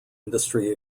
industry